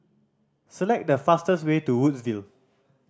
select the fastest way to Woodsville